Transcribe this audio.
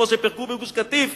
כמו שפירקו בגוש-קטיף,